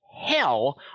hell